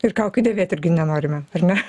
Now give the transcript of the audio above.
ir kaukių dėvėt irgi nenorime ar ne